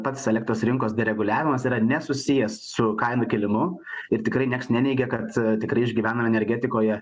pats elektros rinkos dereguliavimas yra nesusijęs su kainų kilimu ir tikrai nieks neneigia kad tikrai išgyvena energetikoje